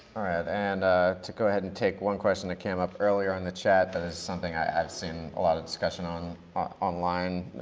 and to go ahead and take one question that came up earlier on the chat that is something i've seen a lot of discussion on online,